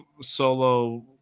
solo